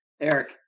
Eric